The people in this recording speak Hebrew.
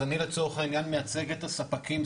אז אני לצורך עניין מייצג את הספקים,